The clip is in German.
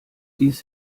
dies